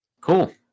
cool